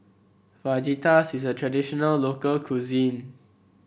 fajitas is a traditional local cuisine